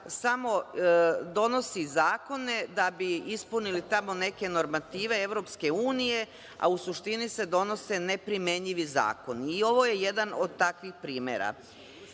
samo donosi zakone da bi ispunili tamo neke normative EU, a u suštini se donose neprimenjivi zakoni. Ovo je jedan od takvih primera. Mi